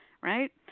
right